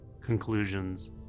conclusions